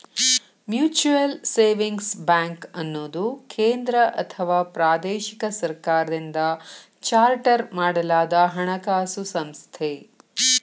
mutual savings ಬ್ಯಾಂಕ್ಅನ್ನುದು ಕೇಂದ್ರ ಅಥವಾ ಪ್ರಾದೇಶಿಕ ಸರ್ಕಾರದಿಂದ ಚಾರ್ಟರ್ ಮಾಡಲಾದಹಣಕಾಸು ಸಂಸ್ಥೆ